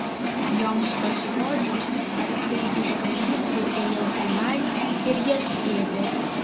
joms pasirodžius arkliai iš ganyklų ėjo tenai ir jas ėdė